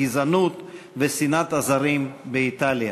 הגזענות ושנאת הזרים באיטליה.